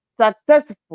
successful